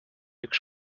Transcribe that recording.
üks